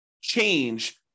change